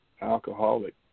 alcoholic